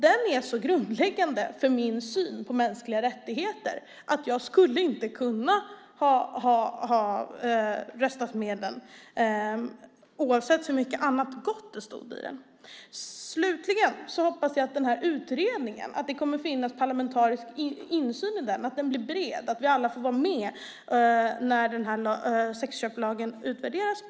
Det är så grundläggande för min syn på mänskliga rättigheter att jag inte skulle kunna ha röstat för den, oavsett hur mycket annat gott det stod i den. Slutligen hoppas jag att det kommer att finnas parlamentarisk insyn i utredningen, att den blir bred och att vi alla får vara med när sexköpslagen utvärderas.